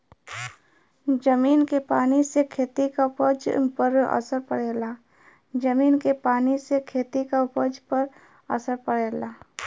जमीन के पानी से खेती क उपज पर असर पड़ेला